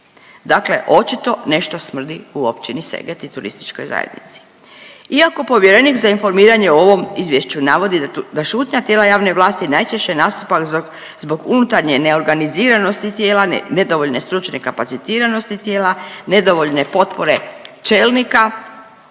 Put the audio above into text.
Dakle očito nešto smrdi u općini Seget i turističkoj zajednici. Iako povjerenik za informiranje o ovom izvješću navodi da šutnja tijela javne vlasti najčešće nastupa zbog unutarnje neorganiziranosti tijela, nedovoljne stručne kapacitiranosti tijela, nedovoljne potpore čelnika